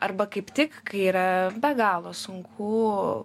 arba kaip tik kai yra be galo sunku